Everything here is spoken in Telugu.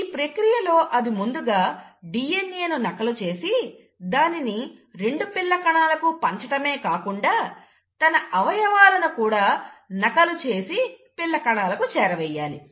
ఈ ప్రక్రియలో అది ముందుగా DNA ను నకలు చేసి దానిని రెండు పిల్ల కణాలకు పంచటమే కాకుండా తన అవయవాలను కూడా నకలు చేసి పిల్ల కణాలకు చేరవేయాలి